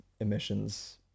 emissions